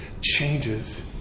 changes